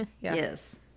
yes